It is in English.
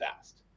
fast